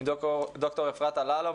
עם ד"ר אפרת אפללו,